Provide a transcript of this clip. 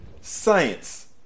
science